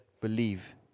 believe